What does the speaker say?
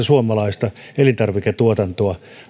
suomalaista elintarviketuotantoa